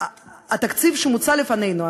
התקציב שמוצע לפנינו,